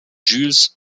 jules